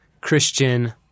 Christian